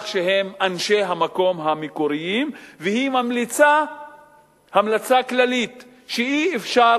שהם אנשי המקום המקוריים והיא ממליצה המלצה כללית שאי-אפשר